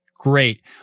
Great